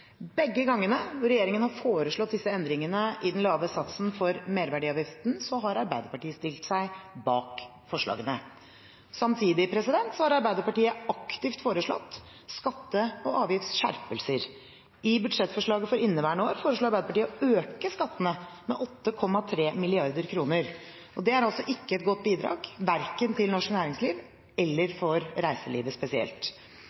Begge gangene regjeringen har foreslått endringer i den lave satsen i merverdiavgiften, har Arbeiderpartiet stilt seg bak forslagene. Samtidig har Arbeiderpartiet aktivt foreslått skatte- og avgiftsskjerpelser. I budsjettforslaget for inneværende år foreslo Arbeiderpartiet å øke skattene med 8,3 mrd. kr. Dette er ikke et godt bidrag, verken til norsk næringsliv